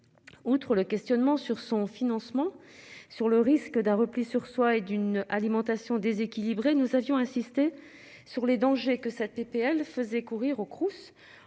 Outre le questionnement sur son financement, sur le risque d'un repli sur soi et d'une alimentation déséquilibrée, nous avions insisté sur les dangers que ça tpl faisait courir au Crous